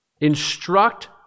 instruct